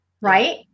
Right